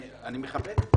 אני מכבד את זה.